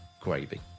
gravy